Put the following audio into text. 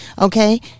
okay